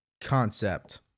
concept